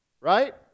right